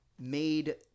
made